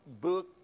book